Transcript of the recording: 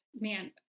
man